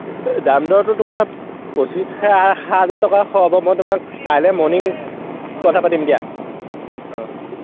দাম দৰতো তোমাৰ পঁচিছ হাজাৰ টকা হ'ব মই তোমাক কাইলৈ মৰ্ণিং কথা পাতিম দিয়া অঁ